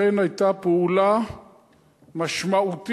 אכן היתה פעולה משמעותית